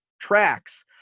tracks